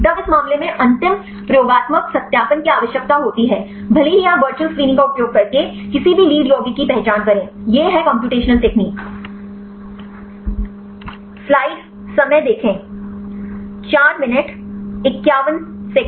तब इस मामले में अंतिम प्रयोगात्मक सत्यापन की आवश्यकता होती है भले ही आप वर्चुअल स्क्रीनिंग का उपयोग करके किसी भी लीड यौगिक की पहचान करें यह है कम्प्यूटेशनल तकनीक